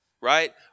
Right